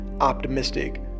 optimistic